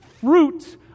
fruit